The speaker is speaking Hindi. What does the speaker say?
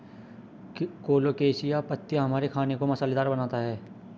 कोलोकेशिया पत्तियां हमारे खाने को मसालेदार बनाता है